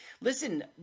listen